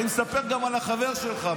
אני מספר גם על החבר שלך,